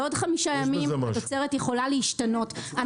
בעוד חמישה ימים התוצרת יכולה להשתנות.